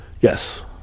yes